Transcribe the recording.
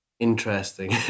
interesting